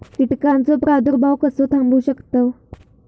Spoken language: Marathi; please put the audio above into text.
कीटकांचो प्रादुर्भाव कसो थांबवू शकतव?